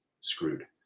screwed